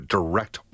Direct